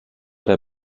der